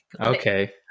Okay